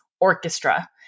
orchestra